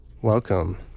Welcome